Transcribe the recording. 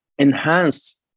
enhance